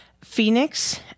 phoenix